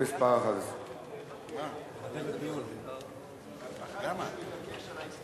פקודת המכרות (תיקון מס' 11). אדוני היושב-ראש,